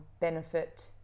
benefit